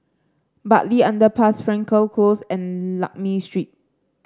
Bartley Underpass Frankel Close and Lakme Street